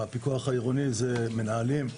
הפיקוח העירוני הוא מנהלים,